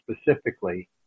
specifically